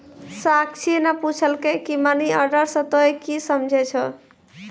साक्षी ने पुछलकै की मनी ऑर्डर से तोंए की समझै छौ